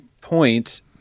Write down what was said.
point